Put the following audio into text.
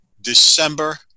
December